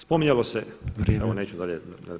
Spominjalo se [[Upadica predsjednik: Vrijeme.]] Evo neću dalje da ne